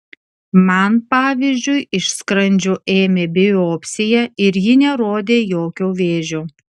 man pavyzdžiui iš skrandžio ėmė biopsiją ir ji nerodė jokio vėžio